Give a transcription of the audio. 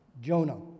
Jonah